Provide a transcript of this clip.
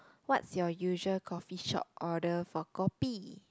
what's your usual coffee shop order for kopi